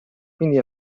quindi